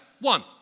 One